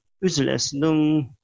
useless